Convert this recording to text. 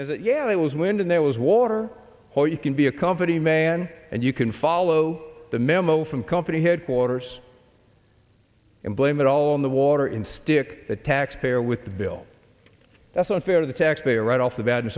and yeah that was when there was water or you can be a company man and you can follow the memo from company headquarters and blame it all on the water in stick the taxpayer with the bill that's unfair to the taxpayer right off the bat and